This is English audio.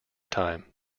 time